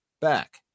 back